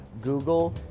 Google